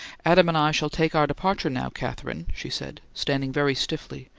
adam and i shall take our departure now, katherine, she said, standing very stiffly,